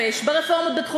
ברפורמה בבריאות הנפש,